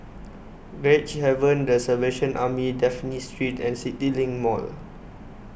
Gracehaven the Salvation Army Dafne Street and CityLink Mall